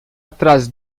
atrás